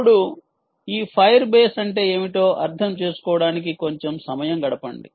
ఇప్పుడు ఈ Firebase అంటే ఏమిటో అర్థం చేసుకోవడానికి కొంచెం సమయం గడపండి